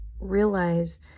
realize